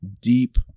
deep